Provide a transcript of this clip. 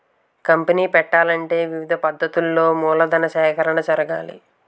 company పెట్టాలంటే వివిధ పద్ధతులలో మూలధన సేకరణ జరగాలి